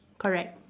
correct